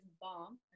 bomb